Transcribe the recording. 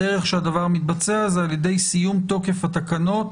הדרך שהדבר מתבצע היא על ידי סיום תוקף התקנות